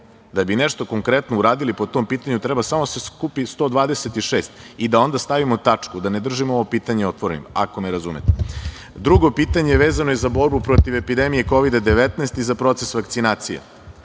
da bi nešto konkretno uradili po tom pitanju, treba samo da se skupi 126 i da onda stavimo tačku, da ne držimo ovo pitanje otvorenim, ako razumete. Drugo pitanje vezano je za borbu protiv epidemije Kovida 19 i za proces vakcinacije.